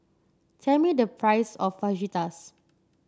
tell me the price of Fajitas